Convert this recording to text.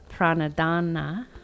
Pranadana